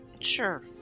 Sure